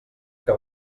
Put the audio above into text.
que